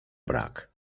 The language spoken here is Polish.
brak